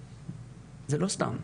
זה לא סתם,